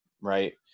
right